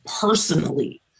personally